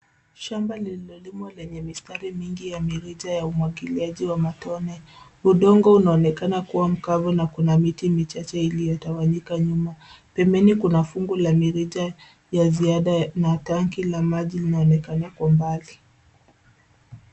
Shamba lililolimwa lenye mistari mingi ya mirija ya umwagiliaji wa matone. Udongo unaonekana kuwa mkavu na kuna miti michache iliyotawanyika nyuma. Pembeni kuna fungu la mirija ya ziada na tanki la maji linaonekana kwa umbali .